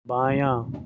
بایاں